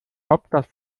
hauptstadt